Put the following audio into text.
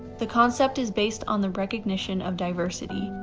the concept is based on the recognition of diversity,